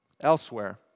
Elsewhere